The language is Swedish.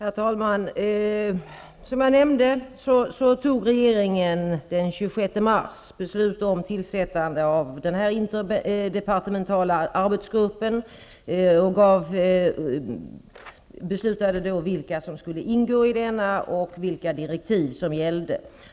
Herr talman! Som jag tidigare nämnde fattade regeringen den 26 mars beslut om tillsättande av en interdepartemental arbetsgrupp och beslutade vilka som skulle ingå i denna och vilka direktiv som skulle gälla.